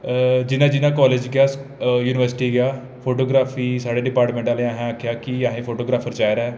जि'यां जि'यां कालेज गेआ यूनिवर्सिटी गेआ फोटोग्राफी साढ़े डिपाटमैंट आह्लें आखेआ कि अहें फोटोग्राफर चाहिदा ऐ